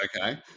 okay